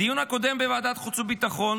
בדיון הקודם בוועדת החוץ והביטחון,